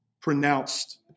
pronounced